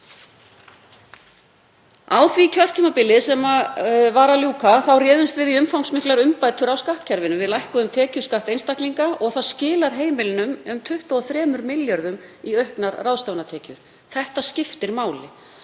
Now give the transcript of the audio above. Á því kjörtímabili sem var að ljúka réðumst við í umfangsmiklar umbætur á skattkerfinu. Við lækkuðum tekjuskatt einstaklinga og það skilar heimilunum um 23 milljörðum í auknar ráðstöfunartekjur. Þetta skiptir máli.